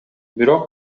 бирок